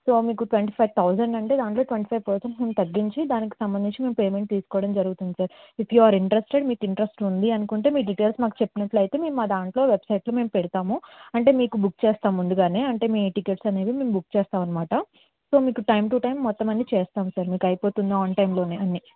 so మీకు twenty five thousand అంటే దాంట్లో ట్వంటీ ఫైవ్ పర్సంట్ తగ్గించి దానికి సంబంధించి మేము పేమెంట్ తీసుకోవడం జరుగుతుంది sir if you are interested మీకు ఇంట్రస్ట్ ఉంది అనుకుంటే మీ డీటెయిల్స్ నాకు చెప్పినట్లయితే మా దాంట్లో మా వెబ్సైట్లో పెడతాము అంటే బుక్ చేస్తాము ముందుగా అంటే మీ టికెట్స్ అనేవి మేము బుక్ చేస్తాం అన్నమాట సో మీకు టైం టు టైం మొత్తం అన్నీ చేస్తాము సార్ మీకు అయిపోతుంది ఆన్ టైంలో అన్నీ